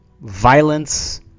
violence